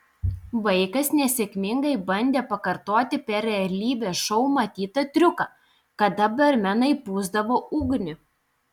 vaikas nesėkmingai bandė pakartoti per realybės šou matytą triuką kada barmenai pūsdavo ugnį